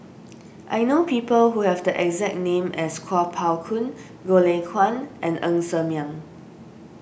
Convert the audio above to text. I know people who have the exact name as Kuo Pao Kun Goh Lay Kuan and Ng Ser Miang